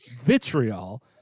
Vitriol